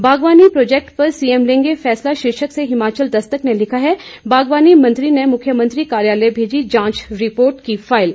बागवानी प्रोजैक्ट पर सीएम लेंगे फैसला शीर्षक से हिमाचल दस्तक ने लिखा है बागवानी मंत्री ने मुख्यमंत्री कार्यालय भेजी जांच रिपोर्ट की फाइल